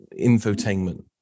infotainment